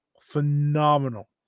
phenomenal